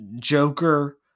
Joker